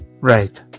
Right